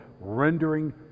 rendering